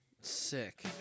Sick